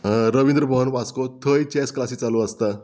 रविंद्र भवन वास्को थंय चॅस क्लासी चालू आसता